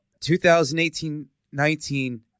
2018-19